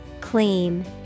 Clean